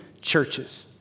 churches